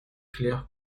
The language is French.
clair